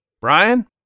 Brian